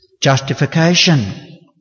justification